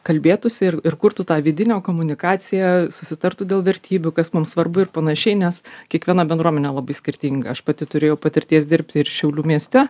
kalbėtųsi ir ir kurtų tą vidinę komunikaciją susitartų dėl vertybių kas mums svarbu ir panašiai nes kiekviena bendruomenė labai skirtinga aš pati turėjau patirties dirbti ir šiaulių mieste